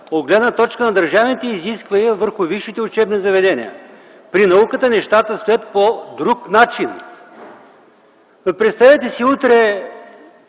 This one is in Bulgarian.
гледна точка на държавните изисквания върху висшите учебни заведения. При науката нещата стоят по друг начин. Представете си утре